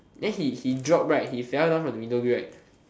then he he drop right he fell down from he window grill right